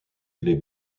les